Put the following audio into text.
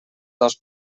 dos